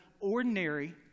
ordinary